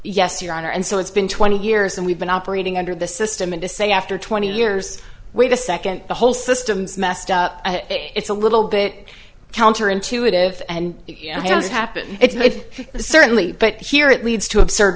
yes your honor and so it's been twenty years and we've been operating under the system and to say after twenty years wait a second the whole system's messed up it's a little bit counter intuitive and it's happened it's made certainly but here it leads to absurd